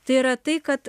tai yra tai kad